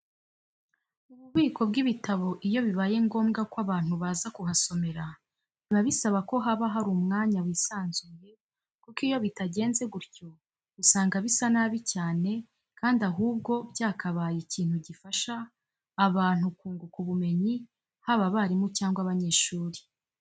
Mu bubiko bw'ibitabo iyo bibaye ngombwa ko abantu baza kuhasomera biba bisaba ko haba hari umwanya wisanzuye kuko iyo bitagenze gutyo usanga bisa nabi cyane kandi ahubwo byakabaye ikintu gifasha abantu kunguka ubumenyi haba abarimu cyangwa abanyeshuri.